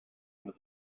under